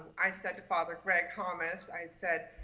i said to father, greg thomas, i said,